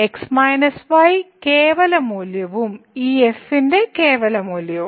x y കേവല മൂല്യവും ഈ f ന്റെ കേവല മൂല്യവും